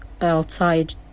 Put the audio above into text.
outside